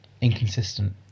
Inconsistent